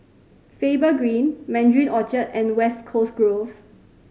Faber Green Mandarin Orchard and West Coast Grove